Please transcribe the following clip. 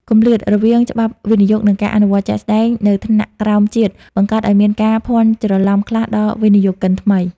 គម្លាតរវាងច្បាប់វិនិយោគ និងការអនុវត្តជាក់ស្ដែងនៅថ្នាក់ក្រោមជាតិ បង្កើតឱ្យមានការភាន់ច្រឡំខ្លះដល់វិនិយោគិនថ្មី។